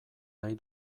nahi